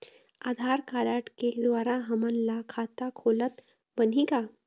आधार card के द्वारा हमन ला खाता खोलत बनही का?